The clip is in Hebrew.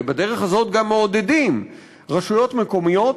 ובדרך הזאת גם מעודדים רשויות מקומיות